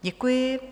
Děkuji.